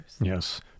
Yes